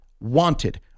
wanted